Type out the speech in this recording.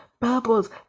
Bubbles